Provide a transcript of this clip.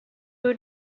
who